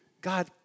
God